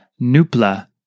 nupla